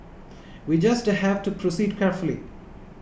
we just have to proceed carefully